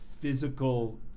physical